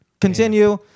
Continue